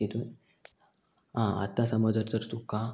तेतून आं आतां समज जर तर तुका